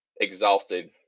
exhausted